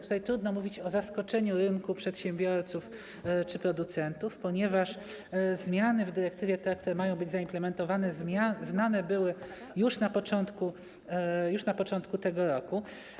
Tutaj trudno mówić o zaskoczeniu rynku przedsiębiorców czy producentów, ponieważ zmiany w dyrektywie, te, które mają być zaimplementowane, znane były już na początku tego roku.